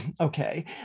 Okay